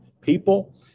people